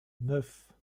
neuf